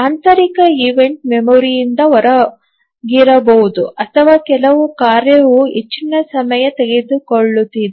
ಆಂತರಿಕ ಈವೆಂಟ್ ಮೆಮೊರಿಯಿಂದ ಹೊರಗಿರಬಹುದು ಅಥವಾ ಕೆಲವು ಕಾರ್ಯವು ಹೆಚ್ಚು ಸಮಯ ತೆಗೆದುಕೊಳ್ಳುತ್ತಿದೆ